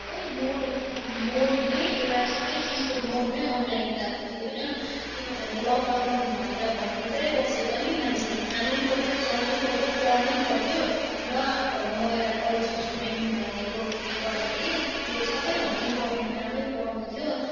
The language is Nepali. सब मोड अफ मोड नै एउटा सब चिजको मोड नै अनलाइन गएको थियो होइन किनभने लकडाउन भएर घरभित्र बसे पनि मान्छेले खानु नै पर्थ्यो चल्नु नै पर्थ्यो पढ्नु नै पर्थ्यो र अब म एउटा कलेजको स्टुडेन्ट भएकाले गर्दाखेरि मेरो सबभन्दा इम्पोर्टेन्ट काम नै पढ्नु थियो